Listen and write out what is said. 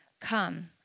Come